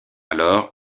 alors